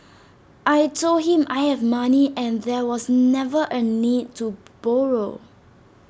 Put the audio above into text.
I Told him I have money and there was never A need to borrow